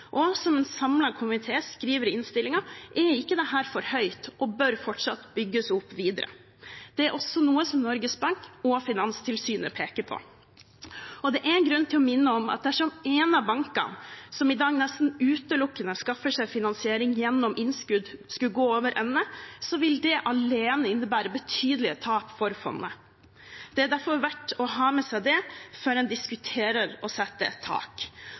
og som en samlet komité skriver i innstillingen, er ikke dette for høyt og bør fortsatt bygges opp videre. Det er også noe som Norges Bank og Finanstilsynet peker på. Det er grunn til å minne om at dersom en av bankene som i dag nesten utelukkende skaffer seg finansiering gjennom innskudd, skulle gå over ende, vil det alene innebære betydelige tap for fondet. Det er derfor verdt å ha med seg det før en diskuterer å sette et tak.